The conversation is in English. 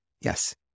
yes